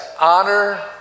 honor